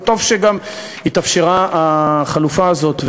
וטוב שגם התאפשרה החלופה הזאת,